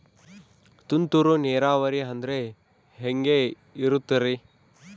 ತುಂತುರು ನೇರಾವರಿ ಅಂದ್ರೆ ಹೆಂಗೆ ಇರುತ್ತರಿ?